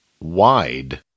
wide